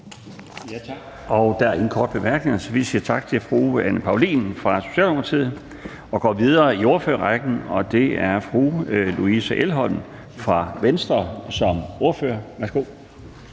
er ingen korte bemærkninger, så vi siger tak til fru Anne Paulin fra Socialdemokratiet og går videre i ordførerrækken til fru Louise Elholm fra Venstre. Værsgo.